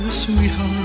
sweetheart